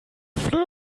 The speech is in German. öffnen